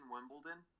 Wimbledon